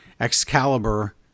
Excalibur